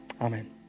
Amen